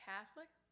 Catholic